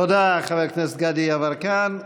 תודה, חבר הכנסת גדי יברקן.